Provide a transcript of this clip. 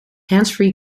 handsfree